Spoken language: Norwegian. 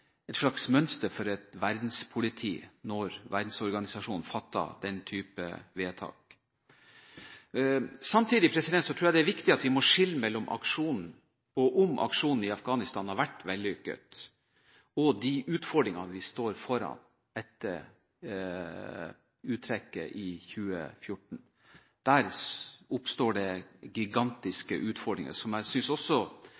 et slags mønster for et verdenspoliti – når verdensorganisasjonen fatter den type vedtak. Samtidig tror jeg det er viktig at vi må skille mellom hvorvidt aksjonen i Afghanistan har vært vellykket, og de utfordringene vi står foran etter uttrekket i 2014. Der oppstår det